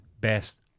best